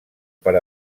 per